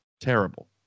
Terrible